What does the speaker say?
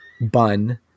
bun